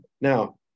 Now